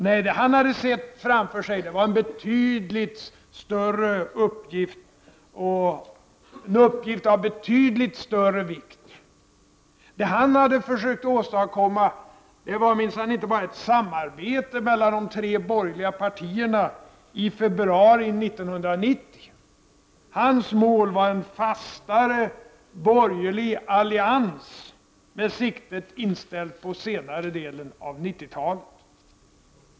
Nej, det han hade sett framför sig var en uppgift av betydligt större vikt. Det som han hade försökt att åstadkomma var minsann inte bara ett samarbete mellan de tre borgerliga partierna i februari 1990. Hans mål var en fastare borgerlig allians med siktet inställt på senare delen av 90-talet.